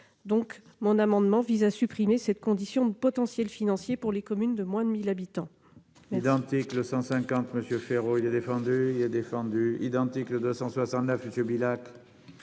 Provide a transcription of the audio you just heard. EPCI. Cet amendement vise donc à supprimer la condition de potentiel financier pour les communes de moins de 1 000 habitants.